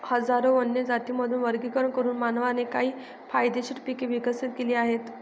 हजारो वन्य जातींमधून वर्गीकरण करून मानवाने काही फायदेशीर पिके विकसित केली आहेत